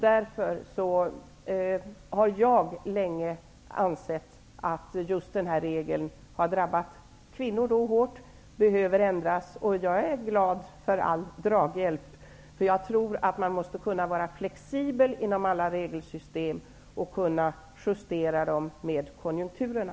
Därför har jag länge ansett att just denna regel har drabbat kvinnor hårt och behöver ändras. Jag är glad för all draghjälp. Jag tror att man måste kunna vara flexibel inom alla regelsystem och kunna justera dem i förhållande till konjunkturerna.